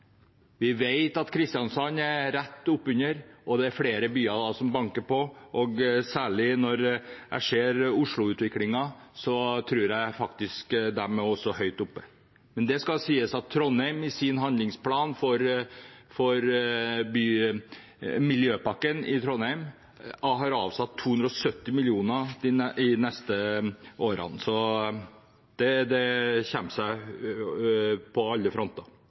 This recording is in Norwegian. Vi vet at Kristiansand er tett oppunder, og det er flere byer som banker på. Særlig når jeg ser Oslo-utviklingen, tror jeg faktisk de også er høyt oppe. Men det skal sies at Trondheim i sin handlingsplan for miljøpakken i Trondheim har satt av 270 mill. kr de neste årene. Så det kommer seg på alle fronter.